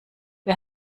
wer